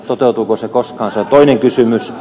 toteutuuko se koskaan se on toinen kysymys